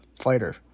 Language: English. fighter